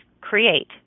create